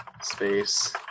space